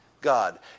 God